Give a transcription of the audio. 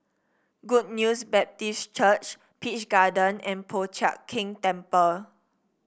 Good News Baptist Church Peach Garden and Po Chiak Keng Temple